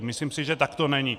Myslím si, že tak to není.